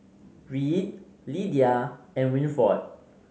Reed Lidia and Winford